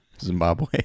Zimbabwe